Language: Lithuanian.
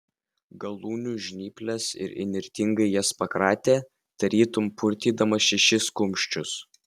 galūnių žnyples ir įnirtingai jas pakratė tarytum purtydamas šešis kumščius